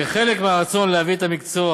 כחלק מהרצון להביא את המקצוע,